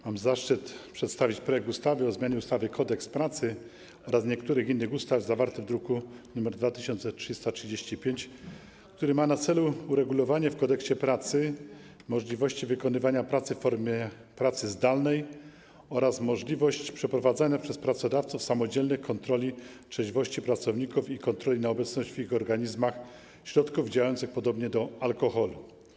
Mam zaszczyt przedstawić projekt ustawy o zmianie ustawy - Kodeks pracy oraz niektórych innych ustaw zawarty w druku nr 2335, który ma na celu uregulowanie w Kodeksie pracy możliwości wykonywania pracy w formie zdalnej oraz możliwości przeprowadzania przez pracodawców samodzielnej kontroli trzeźwości pracowników i kontroli na obecność w ich organizmach środków działających podobnie do alkoholu.